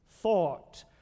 thought